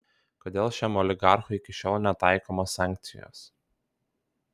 kodėl šiam oligarchui iki šiol netaikomos sankcijos